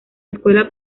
escuela